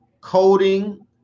coding